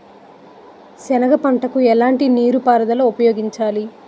సెనగ పంటకు ఎలాంటి నీటిపారుదల ఉపయోగించాలి?